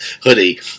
hoodie